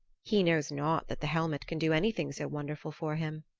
he knows not that the helmet can do anything so wonderful for him.